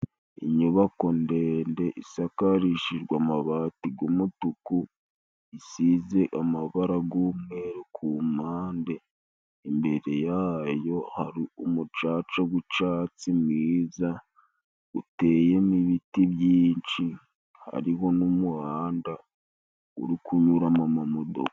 Inyubako ndende isakarishijwe amabati gumutuku isize amabara gumweru ku mpande imbere yayo hari umucaca gw'icatsi mwiza uteyemo ibiti byinshi hariho n'umuhanda uri kunyuramo amamodoka.